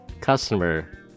customer